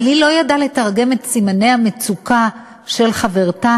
אבל היא לא ידעה לתרגם את סימני המצוקה של חברתה